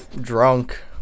drunk